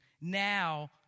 Now